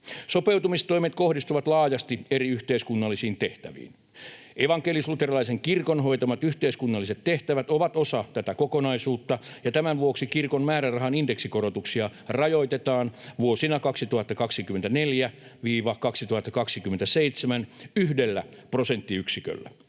Sopeutumistoimet kohdistuvat laajasti eri yhteiskunnallisiin tehtäviin. Evankelis-luterilaisen kirkon hoitamat yhteiskunnalliset tehtävät ovat osa tätä kokonaisuutta, ja tämän vuoksi kirkon määrärahan indeksikorotuksia rajoitetaan vuosina 2024—2027 yhdellä prosenttiyksiköllä.